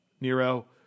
nero